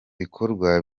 bikorwa